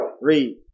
Read